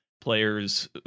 players